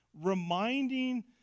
reminding